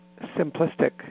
simplistic